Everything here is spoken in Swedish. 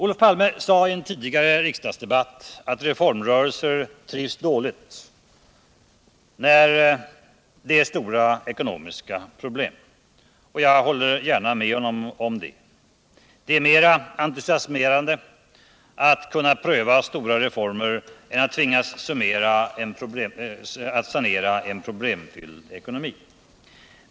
Olof Palme sade i en tidigare riksdagsdebatt att reformrörelser trivs dåligt när det är stora ekonomiska problem. Jag håller gärna med honom om det. Det är mer entusiasmerande att kunna pröva stora reformer än att tvingas sanera en problemfylld ekonomi.